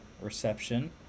reception